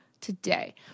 today